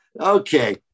Okay